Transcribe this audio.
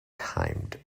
timed